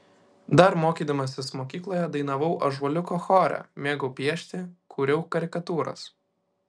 dar mokydamasis mokykloje dainavau ąžuoliuko chore mėgau piešti kūriau karikatūras